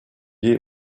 est